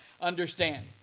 understand